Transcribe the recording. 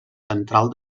central